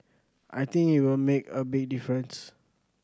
I think it will make a big difference